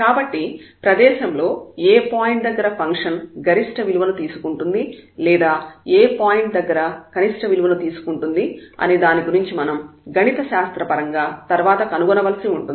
కాబట్టి ప్రదేశం లో ఏ పాయింట్ దగ్గర ఫంక్షన్ గరిష్ట విలువను తీసుకుంటుంది లేదా ఏ పాయింట్ దగ్గర కనిష్ట విలువను తీసుకుంటుంది అనే దాని గురించి మనం గణిత శాస్త్ర పరంగా తర్వాత కనుగొనవలసి ఉంటుంది